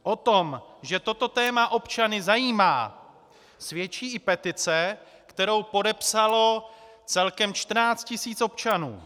O tom, že toto téma občany zajímá, svědčí i petice, kterou podepsalo celkem 14 tisíc občanů.